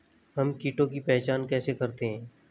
हम कीटों की पहचान कैसे कर सकते हैं?